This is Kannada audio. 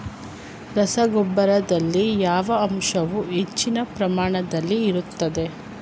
ರಸಗೊಬ್ಬರದಲ್ಲಿ ಯಾವ ಅಂಶವು ಹೆಚ್ಚಿನ ಪ್ರಮಾಣದಲ್ಲಿ ಇರುತ್ತದೆ?